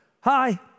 hi